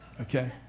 Okay